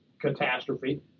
catastrophe